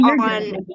on